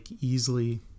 easily